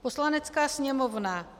Poslanecká sněmovna